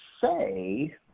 say